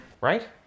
Right